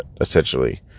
essentially